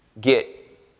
get